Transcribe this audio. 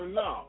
no